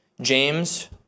James